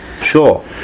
Sure